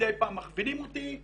מדי פעם מכווינים אותי,